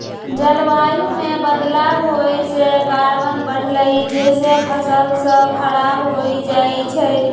जलवायु में बदलाव होए से कार्बन बढ़लई जेसे फसल स खराब हो जाई छई